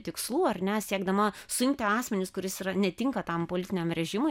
tikslų ar ne siekdama suimti asmenis kuris yra netinka tam politiniam režimui